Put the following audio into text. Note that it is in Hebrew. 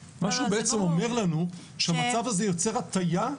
מה שהוא בעצם אומר לנו שהמצב הזה יוצר הטיה,